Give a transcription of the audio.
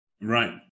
Right